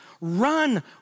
Run